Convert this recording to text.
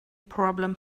problem